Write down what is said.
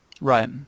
Right